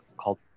called